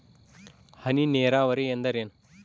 ಹನಿ ನೇರಾವರಿ ಎಂದರೇನು?